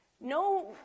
no